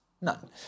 none